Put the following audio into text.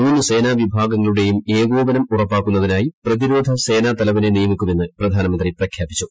മൂന്ന് സേനാവിഭാഗങ്ങളുടേയും ഏകോപനം ഉറപ്പാക്കുന്നതിനായി പ്രതിരോധ സേനാതലവനെ നിയമിക്കുമെന്ന് പ്രധാനമന്ത്രി പ്രഖ്യാപിച്ചു